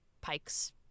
pikes